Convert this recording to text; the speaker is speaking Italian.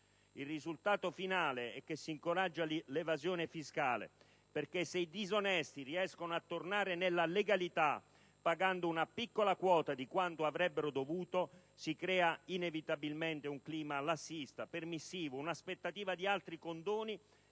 Il risultato finale è che si incoraggia l'evasione fiscale, perché se i disonesti riescono a tornare nella legalità pagando una piccola quota di quanto avrebbero dovuto, si crea inevitabilmente un clima lassista, permissivo e un'aspettativa di altri condoni